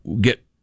get